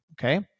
okay